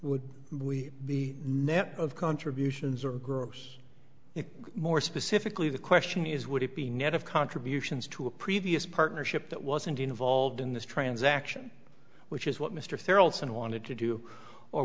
would we the net of contributions or groups more specifically the question is would it be net of contributions to a previous partnership that wasn't involved in this transaction which is what mr thorold's and wanted to do or